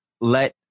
let